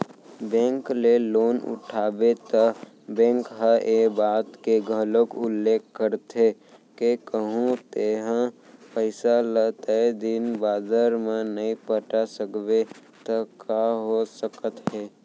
bank ले loan उठाबे त बेंक ह ए बात के घलोक उल्लेख करथे के कहूँ तेंहा पइसा ल तय दिन बादर म नइ पटा सकबे त का हो सकत हे